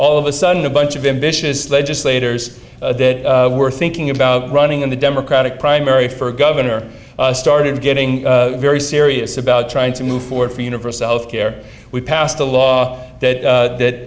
all of a sudden a bunch of ambitious legislators that were thinking about running in the democratic primary for governor started getting very serious about trying to move forward for universal health care we passed a law that that